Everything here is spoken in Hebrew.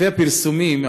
לפי הפרסומים,